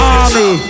army